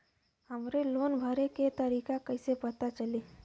हमरे लोन भरे के तारीख कईसे पता चली?